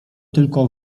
tylko